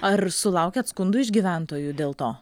ar sulaukiat skundų iš gyventojų dėl to